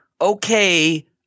okay